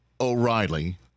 o'reilly